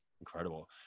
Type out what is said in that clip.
Incredible